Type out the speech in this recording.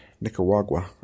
Nicaragua